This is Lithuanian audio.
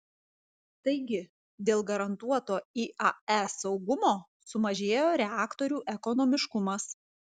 taigi dėl garantuoto iae saugumo sumažėjo reaktorių ekonomiškumas